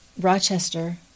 Rochester